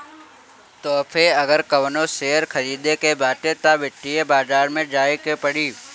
तोहके अगर कवनो शेयर खरीदे के बाटे तअ वित्तीय बाजार में जाए के पड़ी